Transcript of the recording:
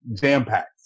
jam-packed